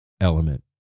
element